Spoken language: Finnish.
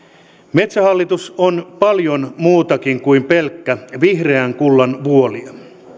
metsähallitus on paljon muutakin kuin pelkkä vihreän kullan vuolija